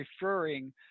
referring